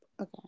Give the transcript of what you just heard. Okay